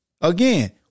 Again